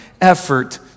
effort